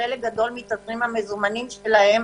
כשחלק גדול מתזרים המזומנים שלהם